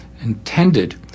intended